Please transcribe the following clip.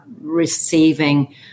receiving